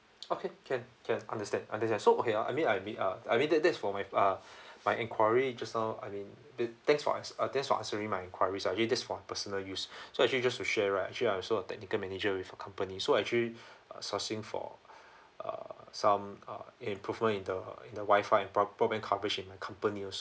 okay can can understand understand so okay I mean I mean uh I mean that that is for my ah my enquiry just now I mean th~ thanks for answer uh thanks for answering my enquiries ah okay that's for my personal use so actually just to share right actually I also a technical manager with a company so actually uh sourcing for uh some uh improvement in the in the Wi-Fi and broad broadband coverage in my company also